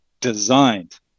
designed